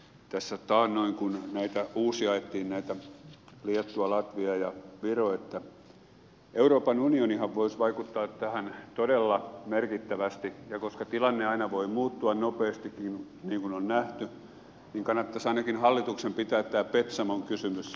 kun tässä taannoin uusjaettiin näitä liettua latvia ja viro että euroopan unionihan voisi vaikuttaa tähän todella merkittävästi ja koska tilanne aina voi muuttua nopeastikin niin kuin on nähty niin kannattaisi ainakin hallituksen pitää tämä petsamon kysymys mielessä